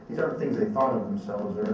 things they followed themselves,